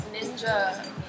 ninja